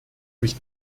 mich